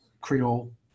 Creole